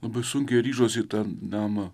labai sunkiai ryžosi į tą namą